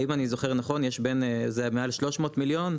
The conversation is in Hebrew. אם אני זוכר נכון יש בין זה מעל 300 מיליון,